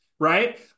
Right